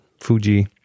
fuji